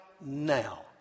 now